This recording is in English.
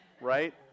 Right